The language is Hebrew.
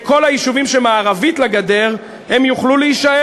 שכל היישובים מערבית לגדר יוכלו להישאר.